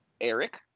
Eric